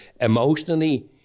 emotionally